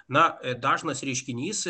na ir dažnas reiškinys